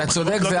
אתה צודק.